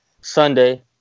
Sunday